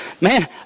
Man